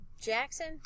Jackson